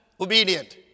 obedient